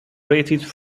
graduated